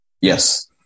Yes